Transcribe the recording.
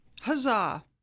Huzzah